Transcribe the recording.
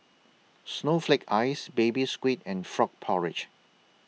Snowflake Ice Baby Squid and Frog Porridge